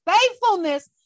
faithfulness